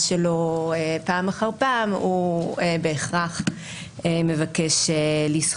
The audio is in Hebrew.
שלו פעם אחר פעם הוא בהכרח מבקש לסחוט.